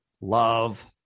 love